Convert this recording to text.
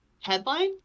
headline